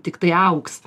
tiktai augs